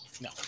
no